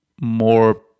more